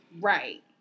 Right